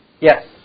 Yes